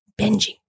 binging